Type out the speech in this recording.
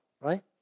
right